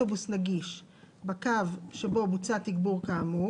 התחבורה והבטיחות בדרכים באתר האינטרנט שלו